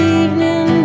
evening